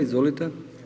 Izvolite.